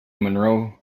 monroe